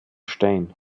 stein